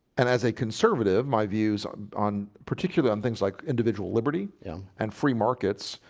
and as a conservative my views on on particularly on things like individual liberty and free markets,